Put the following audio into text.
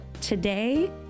today